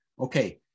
okay